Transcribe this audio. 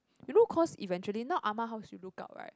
you know cause eventually now Ah-Ma house you look up right